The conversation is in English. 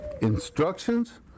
instructions